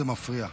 זה מפריע.